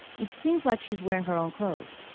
it seems like she's wearing her own clothes.